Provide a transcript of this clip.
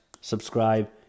subscribe